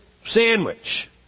sandwich